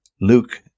Luke